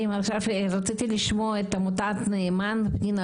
אני חושב שזה תעודת עניות למדינת ישראל שככה מגדלת אנשים,